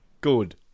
Good